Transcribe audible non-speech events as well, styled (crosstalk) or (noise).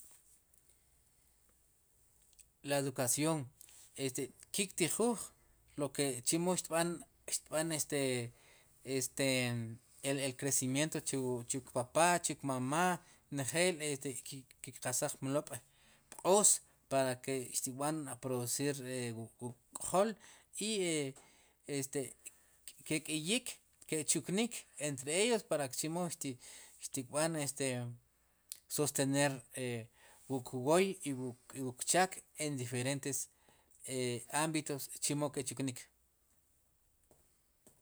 La educación este ki' ktijuuj loke chemo xtb'a, xtb'an este, este el, el crecimiento chu chu kpapá, chu kmamá njel ki kqasaj mlob' pq'oos para que xtkb'an producir wuk k'jol i este ke' k'iyik ke' chuknik entre de ellos para ke chemo xtikb'an sostener (hesitation) wuk wooy i wuk cheek en diferentes (hesitation) ámbitos chemo ki'chuknik. (noise)